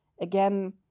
Again